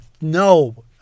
No